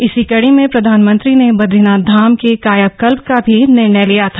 इसी कड़ी में प्रधानमंत्री ने बदरीनाथ धाम के कायाकल्प का भी निर्णय लिया था